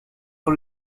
sur